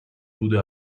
بوده